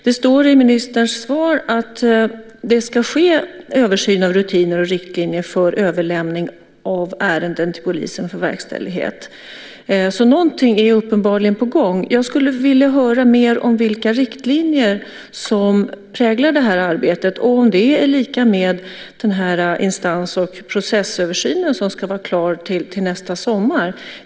Det står i ministerns svar att det ska ske en översyn av rutiner och riktlinjer för överlämning av ärenden till polisen för verkställighet. Så någonting är uppenbarligen på gång. Jag skulle vilja höra mer om vilka riktlinjer som präglar det här arbetet och om det är lika med den instans och processöversyn som ska vara klar till nästa sommar.